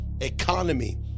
economy